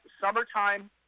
summertime